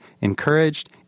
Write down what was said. encouraged